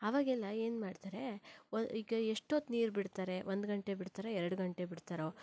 ಆವಾಗೆಲ್ಲ ಏನು ಮಾಡ್ತಾರೆ ಒಂ ಈಗ ಎಷ್ಟೊತ್ತು ನೀರು ಬಿಡ್ತಾರೆ ಒಂದು ಗಂಟೆ ಬಿಡ್ತಾರೆ ಎರಡು ಗಂಟೆ ಬಿಡ್ತಾರೋ